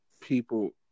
people